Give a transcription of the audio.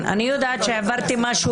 כן, אני יודעת שהעברתי משהו